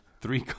Three